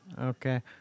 Okay